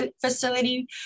facility